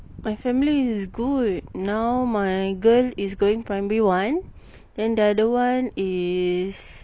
my family is good now my girl is going primary one then the other one is